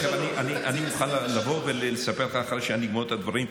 בתקציב 2023. אני מוכן לבוא ולספר לך אחרי שאגמור את הדברים.